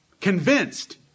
convinced